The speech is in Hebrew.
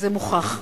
זה מוכח.